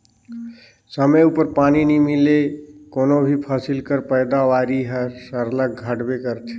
समे उपर पानी नी मिले ले कोनो भी फसिल कर पएदावारी हर सरलग घटबे करथे